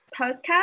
podcast